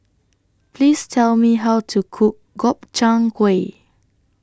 Please Tell Me How to Cook Gobchang Gui